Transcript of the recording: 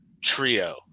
trio